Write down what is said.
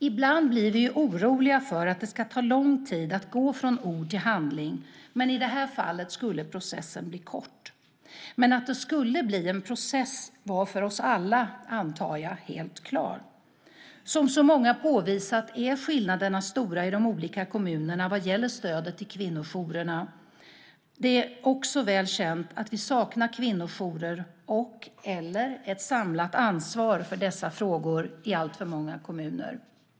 Ibland blir vi ju oroliga för att det ska ta lång tid att gå från ord till handling, men i det här fallet skulle processen bli kort. Att det skulle bli en process var för oss alla, antar jag, helt klart. Som så många påvisat är skillnaderna stora i de olika kommunerna vad gäller stödet till kvinnojourerna. Det är också väl känt att vi saknar kvinnojourer eller ett samlat ansvar för dessa frågor i alltför många kommuner.